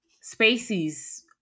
spaces